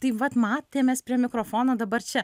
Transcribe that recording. tai vat matėmės prie mikrofono dabar čia